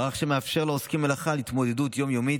מערך שמאפשר לעוסקים במלאכה התמודדות יום-יומית,